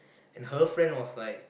and her friend was like